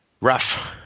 rough